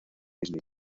disney